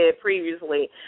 previously